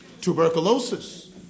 Tuberculosis